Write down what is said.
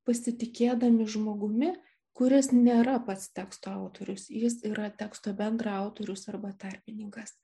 pasitikėdami žmogumi kuris nėra pats teksto autorius jis yra teksto bendraautorius arba tarpininkas